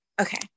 okay